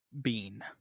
Bean